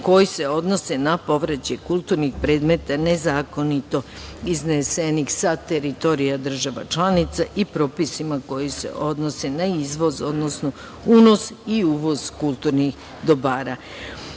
koji se odnose na povraćaj kulturnih predmeta, nezakonito iznesenih sa teritorija država članica, i propisima koji se odnose na izvoz, odnosno unos i uvoz kulturnih dobara. Kažem,